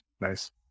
Nice